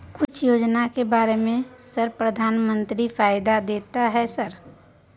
कुछ योजना के बारे में सर प्रधानमंत्री फायदा देता है सर?